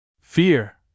Fear